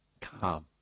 Calm